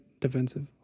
defensive